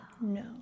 No